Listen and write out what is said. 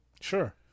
Sure